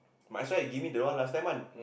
might as well you give me the one last time one